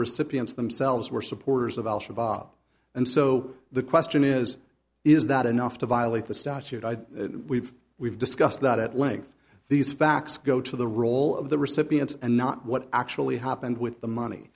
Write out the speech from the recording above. recipients themselves were supporters of al shabaab and so the question is is that enough to violate the statute we've we've discussed that at length these facts go to the role of the recipients and not what actually happened with the money